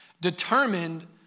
determined